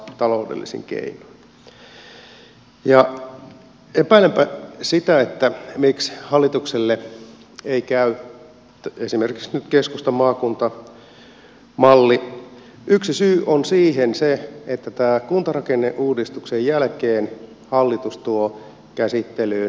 epäilenpä että syy siihen miksi hallitukselle ei käy esimerkiksi nyt keskustan maakuntamalli on se että tämän kuntarakenneuudistuksen jälkeen hallitus tuo käsittelyyn maakuntarakenneuudistuksen